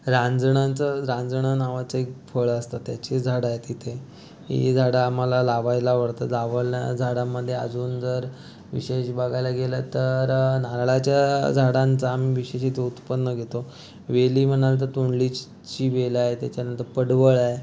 रांजणांचं रांजणं नावाचं एक फळ असतं त्याची झाडं आहेत इथे ही झाडं आम्हाला लावायला आवडतं जावलं झाडांमध्ये अजून जर विशेष बघायला गेलं तर नारळाच्या झाडांचं आम्ही विशेष इथे उत्पन्न घेतो वेली म्हणाल तर तोंडलीची ची वेल आहे त्याच्यानंतर पडवळ आहे